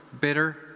bitter